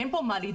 אין מה לדאוג.